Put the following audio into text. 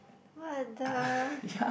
what the